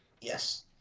Yes